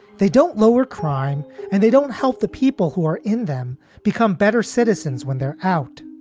they don't lower crime and they don't help the people who are in them become better citizens when they're out.